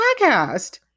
podcast